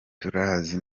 turazi